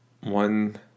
One